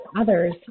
others